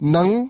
Nang